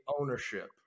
ownership